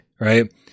right